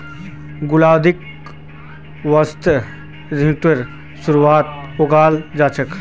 गुलाउदीक वसंत ऋतुर शुरुआत्त उगाना चाहिऐ